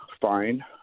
fine